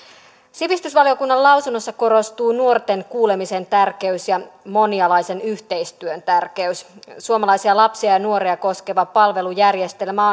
sivistysvaliokunnan lausunnossa korostuu nuorten kuulemisen tärkeys ja monialaisen yhteistyön tärkeys suomalaisia lapsia ja ja nuoria koskeva palvelujärjestelmä